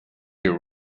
your